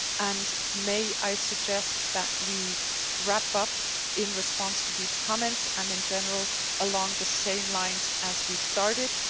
and may i suggest that we wrap up in response to these comments and in general along the same lines as we started.